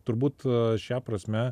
turbūt šia prasme